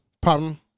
problem